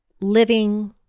living